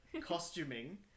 costuming